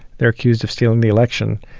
they're accused of stealing the election.